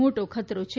મોટો ખતરો છે